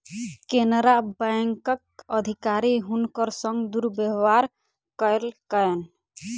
केनरा बैंकक अधिकारी हुनकर संग दुर्व्यवहार कयलकैन